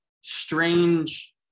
strange